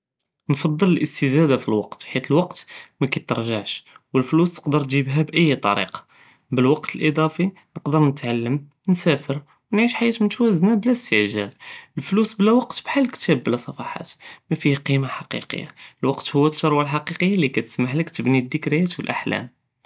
נקטר אליסטזאדה פלקות חית אלקות מא קתרג'עש ואלפלוס תקדר תג'יבה באיי טריקה ב אלקות אלאד'אפי נכדר נתעלם, נסאפר נעיש חייאה מתוואזנה בלא אסתע'גאל, אלפלוס בלא וק כחאל אלכתאב בלא ספחות מאפיה קימה ח'קיקיה, אלקות הואא אלת'רווה אלח'קיקיה לי קטסמהלך תבני אלד'כריא ו אלאחלם.